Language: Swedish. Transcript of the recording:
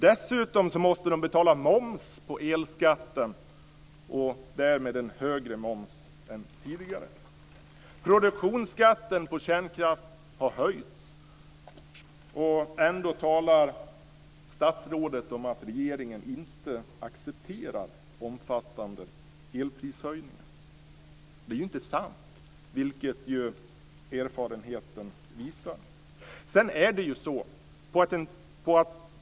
Dessutom måste de betala moms på elskatten och därmed en högre moms än tidigare. Produktionsskatten på kärnkraft har höjts, och ändå talar statsrådet om att regeringen inte accepterar omfattande elprishöjningar. Det är inte sant, vilket ju erfarenheten visar.